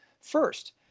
first